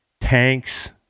tanks